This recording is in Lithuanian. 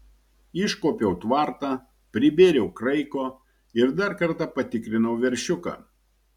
iškuopiau tvartą pribėriau kraiko ir dar kartą patikrinau veršiuką